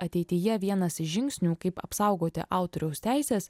ateityje vienas iš žingsnių kaip apsaugoti autoriaus teises